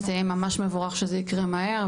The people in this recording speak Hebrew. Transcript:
אז זה יהיה ממש מבורך שזה יקרה מהר.